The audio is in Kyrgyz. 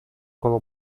коло